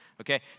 okay